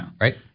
Right